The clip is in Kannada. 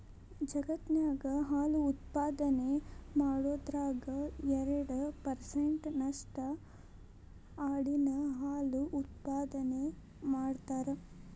ಜಗತ್ತಿನ್ಯಾಗ ಹಾಲು ಉತ್ಪಾದನೆ ಮಾಡೋದ್ರಾಗ ಎರಡ್ ಪರ್ಸೆಂಟ್ ನಷ್ಟು ಆಡಿನ ಹಾಲು ಉತ್ಪಾದನೆ ಮಾಡ್ತಾರ